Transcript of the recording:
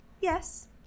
yes